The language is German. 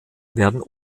werden